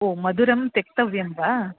ओ मधुरं त्यक्तव्यं वा